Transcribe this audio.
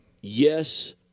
yes